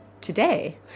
today